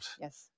Yes